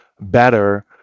better